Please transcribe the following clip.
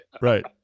Right